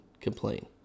complain